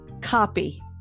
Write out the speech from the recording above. Copy